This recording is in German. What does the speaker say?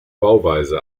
bauweise